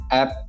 app